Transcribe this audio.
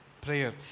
prayer